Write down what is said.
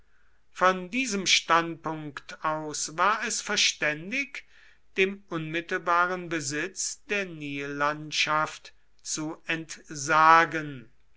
von diesem standpunkt aus war es verständig dem unmittelbaren besitz der nillandschaft zu entsagen